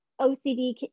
OCD